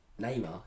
Neymar